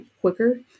quicker